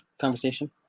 conversation